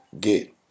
get